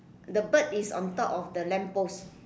the bird is on top of the lamp post